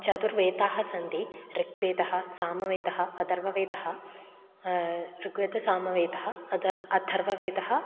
चतुर्वेदाः सन्ति ऋग्वेदः सामवेदः अथर्ववेदः ऋग्वेदः सामवेदः अदर् अथर्ववेदः